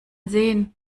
sehen